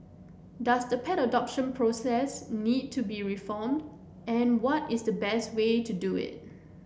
does the pet adoption process need to be reformed and what is the best way to do it